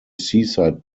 seaside